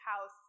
house